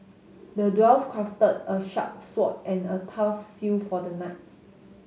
the dwarf crafted a sharp sword and a tough shield for the knight